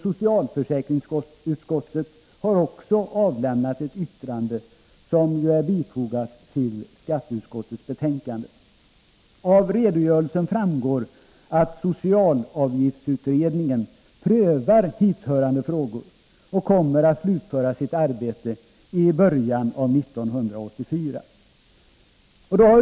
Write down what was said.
Socialförsäkringsutskottet har också avgivit ett yttrande, som fogats till skatteutskottets betänkande. Av redogörelsen framgår att socialavgiftsutredningen prövar hithörande frågor och kommer att slutföra sitt arbete i början av 1984.